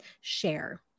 share